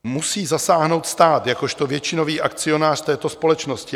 Musí zasáhnout stát jakožto většinový akcionář této společnosti.